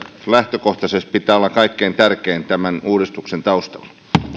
lähtökohtaisesti olla kaikkein tärkein asia tämän uudistuksen taustalla